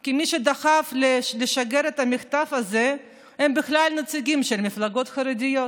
כי מי שדחפו לשגר את המכתב הזה הם בכלל נציגים של מפלגות חרדיות